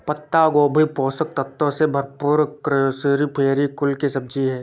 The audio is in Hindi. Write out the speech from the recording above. पत्ता गोभी पोषक तत्वों से भरपूर क्रूसीफेरी कुल की सब्जी है